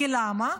למה?